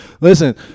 Listen